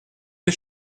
the